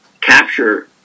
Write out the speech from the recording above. capture